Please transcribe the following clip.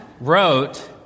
Wrote